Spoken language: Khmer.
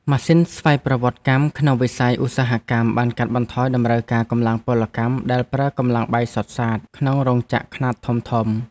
ម៉ាស៊ីនស្វ័យប្រវត្តិកម្មក្នុងវិស័យឧស្សាហកម្មបានកាត់បន្ថយតម្រូវការកម្លាំងពលកម្មដែលប្រើកម្លាំងបាយសុទ្ធសាធក្នុងរោងចក្រខ្នាតធំៗ។